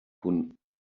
consisteix